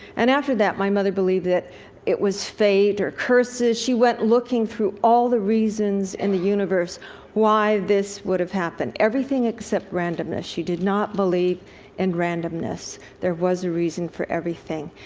and after that, my mother believed that it was fate, or curses she went looking through all the reasons in the universe why this would have happened. everything except randomness. she did not believe in and randomness. there was a reason for everything.